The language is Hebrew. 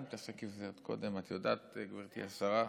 אני מתעסק עם זה עוד קודם, את יודעת, גברתי השרה,